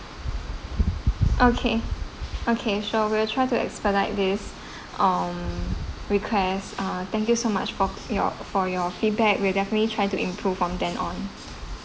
okay okay sure we'll try to expedite this um request uh thank you so much for your for your feedback we'll definitely try to improve from then on